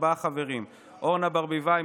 ארבעה חברים: אורנה ברביבאי,